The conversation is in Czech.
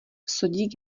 sodík